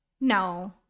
no